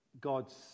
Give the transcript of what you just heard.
God's